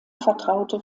vertraute